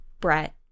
Brett